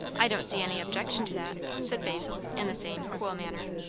i don't see any objection to that, said basil in the same cool manner.